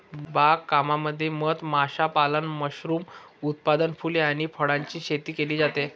बाग कामामध्ये मध माशापालन, मशरूम उत्पादन, फुले आणि फळांची शेती केली जाते